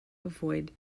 avoid